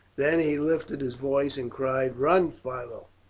then he lifted his voice and cried, run, philo!